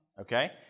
okay